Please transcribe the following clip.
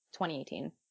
2018